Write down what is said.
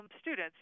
students